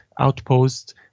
outpost